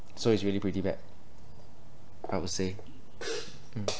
so it's really pretty bad I would say